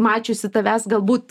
mačiusi tavęs galbūt